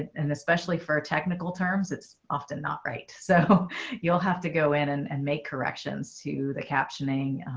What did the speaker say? and especially for our technical terms. it's often not right. so you'll have to go in and and make corrections to the captioning.